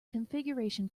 configuration